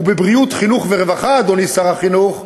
ובבריאות, חינוך ורווחה, אדוני שר החינוך,